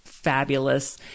fabulous